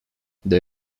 they